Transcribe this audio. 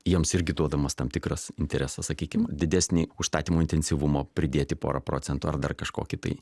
jiems irgi duodamas tam tikras interesas sakykim didesnį užstatymo intensyvumo pridėti porą procentų ar dar kažkokį tai